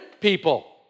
people